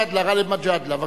שהראשון, גאלב מג'אדלה.